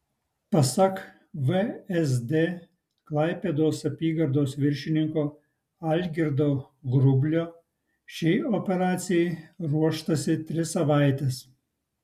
pasak vsd klaipėdos apygardos viršininko algirdo grublio šiai operacijai ruoštasi tris savaites